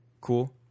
cool